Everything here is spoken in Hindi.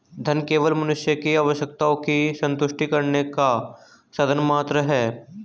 धन केवल मनुष्य की आवश्यकताओं की संतुष्टि करने का साधन मात्र है